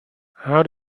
how